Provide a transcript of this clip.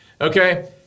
Okay